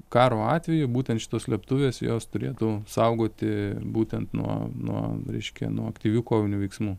karo atveju būtent šitos slėptuvės jos turėtų saugoti būtent nuo nuo reiškia nuo aktyvių kovinių veiksmų